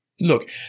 Look